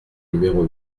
numéro